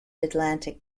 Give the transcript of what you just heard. atlantic